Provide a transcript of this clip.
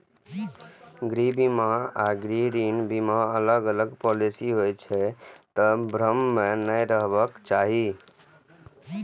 गृह बीमा आ गृह ऋण बीमा अलग अलग पॉलिसी होइ छै, तें भ्रम मे नै रहबाक चाही